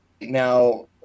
now